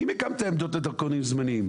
אם הקמתם עמדות לדרכונים זמניים,